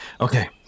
Okay